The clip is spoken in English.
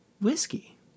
whiskey